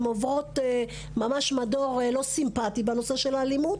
הן עוברות ממש מדור לא סימפטי בנושא של אלימות.